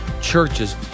churches